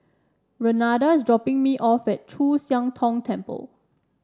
Renada is dropping me off at Chu Siang Tong Temple